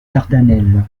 dardanelles